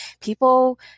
people